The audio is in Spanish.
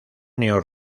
neo